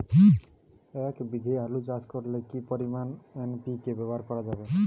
এক বিঘে আলু চাষ করলে কি পরিমাণ এন.পি.কে ব্যবহার করা যাবে?